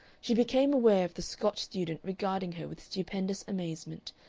she became aware of the scotch student regarding her with stupendous amazement,